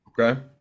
Okay